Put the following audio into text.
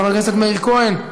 חבר הכנסת מאיר כהן,